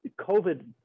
COVID